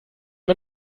man